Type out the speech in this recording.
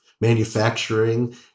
manufacturing